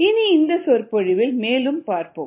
இனி இந்த சொற்பொழிவில் மேலும் பார்ப்போம்